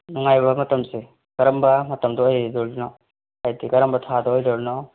ꯅꯨꯡꯉꯥꯏꯕ꯭ꯔꯥ ꯃꯇꯝꯁꯦ ꯀꯔꯝꯕ ꯃꯇꯝꯗ ꯑꯣꯏꯗꯣꯔꯤꯅꯣ ꯍꯥꯏꯕꯗꯤ ꯀꯔꯝꯕ ꯊꯥꯗ ꯑꯣꯏꯗꯣꯔꯤꯅꯣ